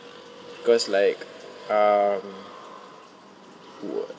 cause like um what